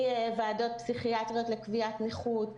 ועדות פסיכיאטריות לקביעת נכות,